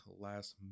last